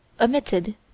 omitted